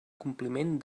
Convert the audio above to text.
compliment